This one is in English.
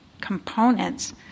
components